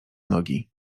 nogi